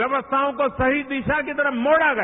व्यवस्थाओं को सही दिशा की तरफ मोझ गया